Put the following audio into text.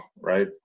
right